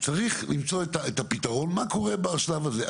צריך למצוא את הפתרון מה קורה בשלב הזה?